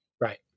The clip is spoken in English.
Right